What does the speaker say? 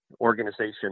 organization